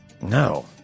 No